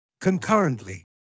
Concurrently